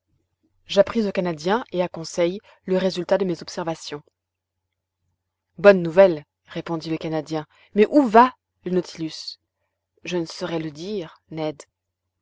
j'appris au canadien et à conseil le résultat de mes observations bonne nouvelle répondit le canadien mais où va le nautilus je ne saurais le dire ned